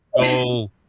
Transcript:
go